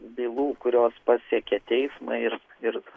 bylų kurios pasiekė teismą ir ir